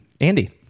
Andy